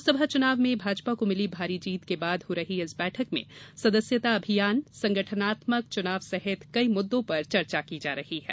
लोकसभा चुनाव में भाजपा को मिली भारी जीत के बाद हो रही इस बैठक में सदस्यता अभियान संगठनात्मक चुनाव सहित कई मुददों पर चर्चा की जा रही है